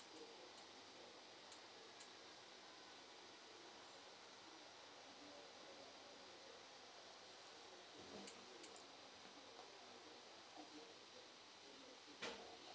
mm